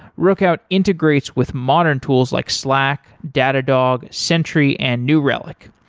rookout integrates with modern tools like slack, datadog, sentry and new relic.